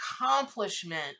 accomplishment